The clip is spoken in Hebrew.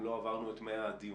אם לא עברנו את 100 הדיונים,